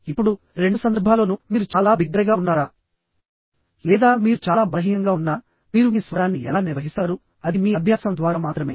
ఇప్పుడు రెండు సందర్భాల్లోనూ మీరు చాలా బిగ్గరగా ఉన్నారా లేదా మీరు చాలా బలహీనంగా ఉన్నా మీరు మీ స్వరాన్ని ఎలా నిర్వహిస్తారు అది మీ అభ్యాసం ద్వారా మాత్రమే